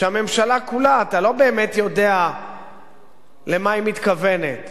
שהממשלה כולה, אתה לא באמת יודע למה היא מתכוונת.